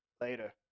Later